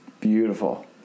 beautiful